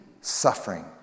suffering